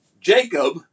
Jacob